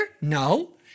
no